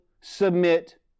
submit